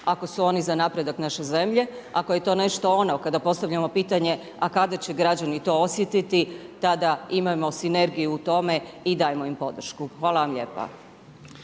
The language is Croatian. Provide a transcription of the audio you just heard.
Ako su oni za napredak naše zemlje, ako je to nešto ono kada postavljamo pitanje a kada će građani to osjetiti? Tada imajmo sinergiju u tome i dajmo im podršku. Hvala vam lijepa.